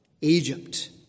Egypt